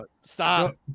Stop